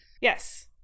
Yes